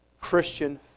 Christian